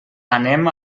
anem